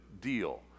deal